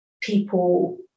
people